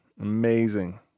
Amazing